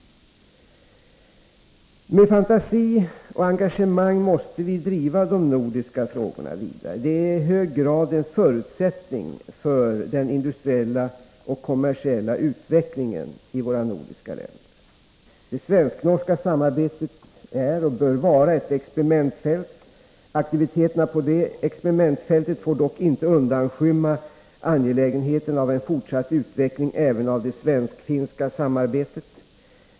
Med fantasi och engagemang måste vi driva de nordiska frågorna vidare. Det är i hög grad en förutsättning för den industriella och kommersiella utvecklingen i de nordiska länderna. Det svensk-norska samarbetet är och bör vara ett experimentfält. Aktiviteterna på detta experimentfält får dock inte undanskymma angelägenheten av en fortsatt utveckling även av det svensk-finska samarbetet.